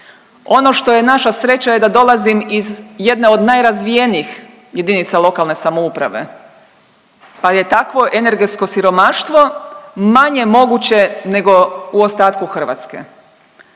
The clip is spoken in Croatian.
Ono što je naša sreća je da dolazim iz jedne od najrazvijenijih JLS, pa je takvo energetsko siromaštvo manje moguće nego u ostatku Hrvatske.